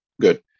good